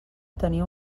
tenia